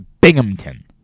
Binghamton